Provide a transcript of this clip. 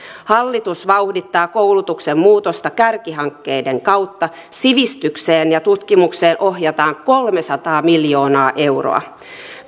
hallitus vauhdittaa koulutuksen muutosta kärkihankkeiden kautta sivistykseen ja tutkimukseen ohjataan kolmesataa miljoonaa euroa